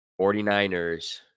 49ers